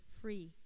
free